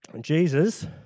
Jesus